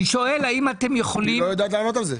היא לא יודעת לענות על זה,